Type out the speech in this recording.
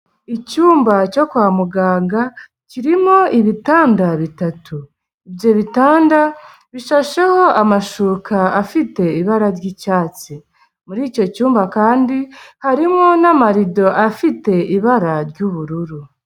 Icyumba cyo kwa muganga kirimo ibitanda bitatu, ibyo bitanda bishasheho amashuka afite ibara ry'icyatsi, muri icyo cyumba kandi harimo n'amarido afite ibara ry'ubururu.